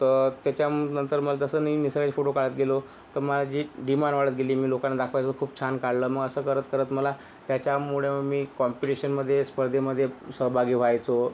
तर त्याच्यानंतर मला जसं मी निसर्गाचे फोटो काढत गेलो तर माझी डिमांड वाढत गेली मी लोकांना दाखवायचो खूप छान काढलं मग असं करत करत मला त्याच्यामुळं मी कॉम्पिटिशनमध्ये स्पर्धेमध्ये सहभागी व्हायचो